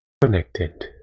connected